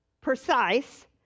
precise